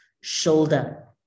shoulder